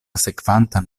sekvantan